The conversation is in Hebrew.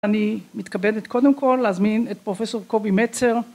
‫אני מתכבדת, קודם כל, ‫להזמין את פרופ' קובי מצר.